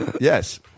Yes